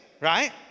right